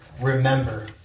remember